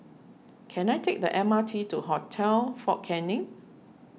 can I take the M R T to Hotel fort Canning